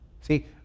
See